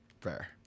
fair